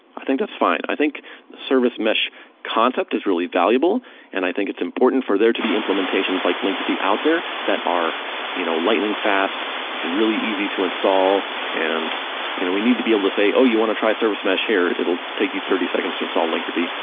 i think that's fine. i think service mesh concept is really valuable and i think it's important for there to be implementations like linkerd out there that are you know lightning fast and really easy to install and you know we need to be able to say, oh, you want to try service mesh here, it'll take you thirty seconds to install linkerd.